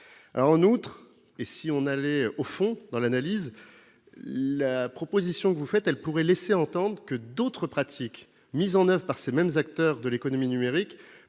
En outre, si nous allons au fond de l'analyse, la proposition que vous formulez pourrait laisser entendre que d'autres pratiques mises en oeuvre par ces mêmes acteurs de l'économie numérique,